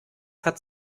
hat